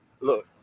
look